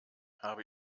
habe